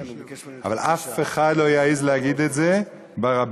אבל אף אחד לא יעז להגיד את זה ברבים,